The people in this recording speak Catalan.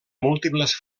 múltiples